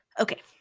okay